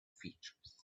features